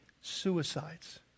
suicides